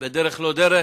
בדרך לא דרך?